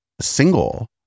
single